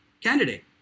candidate